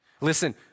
Listen